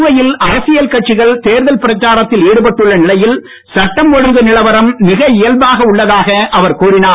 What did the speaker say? புதுவையில் அரசியல் கட்சிகள் தேர்தல் பிரச்சாரத்தில் ஈடுபட்டுள்ள நிலையில் சட்டம் ஒழுங்கு நிலவரம் மிக இயல்பாக உள்ளதாக அவர் கூறினார்